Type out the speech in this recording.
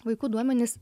vaikų duomenis